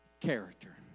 character